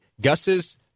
Gus's